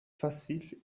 facile